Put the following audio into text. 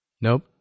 Nope